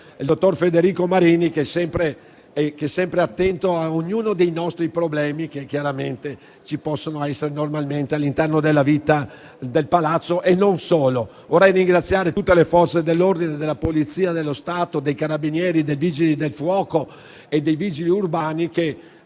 il dottor Federico Marini, che è sempre attento a ognuno dei nostri problemi, che ci possono essere normalmente all'interno della vita del Palazzo e non solo. Vorrei ringraziare tutte le Forze dell'ordine, Polizia di Stato, Carabinieri e Vigili del fuoco, e i Vigili urbani che